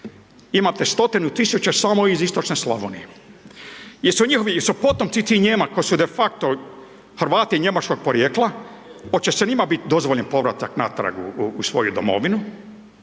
Imate stotinu tisuća samo iz istočne Slavonije. Jesu njihovi, potomci tih Nijemaca koji su defakto Hrvati njemačkog porijekla, hoće se njima biti dozvoljen povratak natrag u svoju domovinu